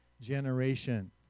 generation